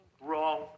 wrong